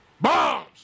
Bombs